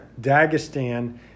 Dagestan